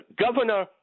Governor